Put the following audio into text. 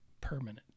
permanent